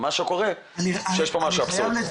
מה שקורה הוא שיש פה משהו אבסורד.